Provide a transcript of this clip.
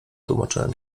tłumaczyłem